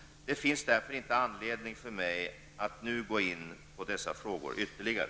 Det finns därför inte anledning för mig att nu gå in på dessa frågor ytterligare.